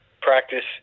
practice